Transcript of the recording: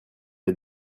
les